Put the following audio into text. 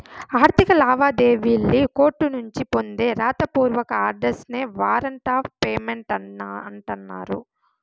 ఆర్థిక లావాదేవీల్లి కోర్టునుంచి పొందే రాత పూర్వక ఆర్డర్స్ నే వారంట్ ఆఫ్ పేమెంట్ అంటన్నారు